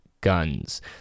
guns